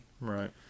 Right